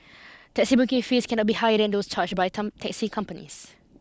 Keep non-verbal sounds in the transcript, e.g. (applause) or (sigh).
taxi booking fees cannot be higher than those charged by (unintelligible) taxi companies